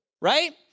Right